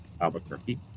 Albuquerque